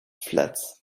flats